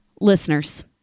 listeners